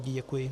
Děkuji.